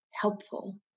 helpful